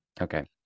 Okay